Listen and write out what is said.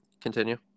continue